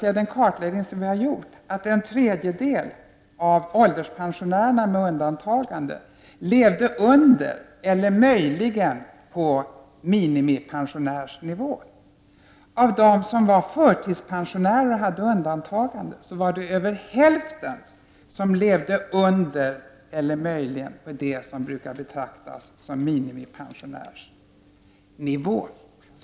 Men den kartläggning som gjorts visar att en tredjedel av ålderspensionärerna med undantagande levde under eller möjligen på minimipensionärsnivå. Av dem som var förtidspensionärer och hade undantagande levde över hälften under eller möjligen på det som brukar betraktas som minimipensionärsnivå.